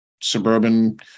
suburban